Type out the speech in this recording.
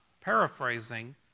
paraphrasing